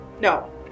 no